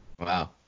Wow